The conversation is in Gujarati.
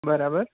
બરાબર